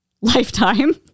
Lifetime